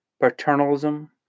paternalism